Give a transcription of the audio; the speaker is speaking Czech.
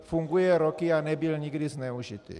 Funguje roky a nebyl nikdy zneužit.